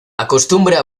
acostumbra